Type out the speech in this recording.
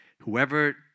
Whoever